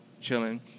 chilling